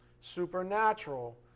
supernatural